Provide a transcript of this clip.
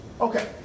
Okay